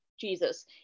jesus